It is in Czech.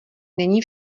není